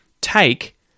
take